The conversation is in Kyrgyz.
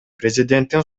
президенттин